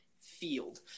Field